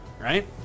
right